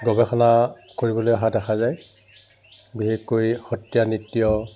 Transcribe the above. গৱেষণা কৰিবলৈ অহা দেখা যায় বিশেষকৈ সত্ৰীয়া নৃত্য